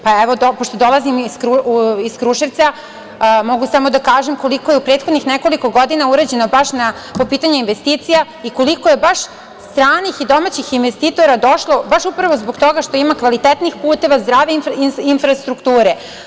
Pošto dolazim iz Kruševca, mogu samo da kažem koliko je u prethodnih nekoliko godina urađeno baš po pitanju investicija i koliko je baš stranih i domaćih investitora došlo upravo zbog toga što ima kvalitetnih puteva, zdrave infrastrukture.